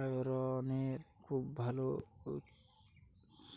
আয়রনের খুব ভাল উৎস